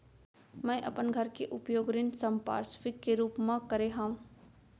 मै अपन घर के उपयोग ऋण संपार्श्विक के रूप मा करे हव